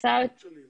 הקיץ של 2015,